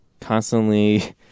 constantly